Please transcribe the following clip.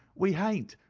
we hain't,